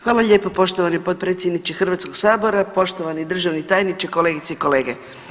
Hvala lijepo poštovani potpredsjedniče Hrvatskog sabora, poštovani državni tajniče, kolegice i kolege.